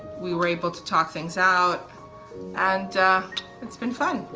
we were able to talk things out and it's been fun.